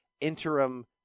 interim